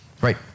Right